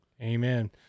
Amen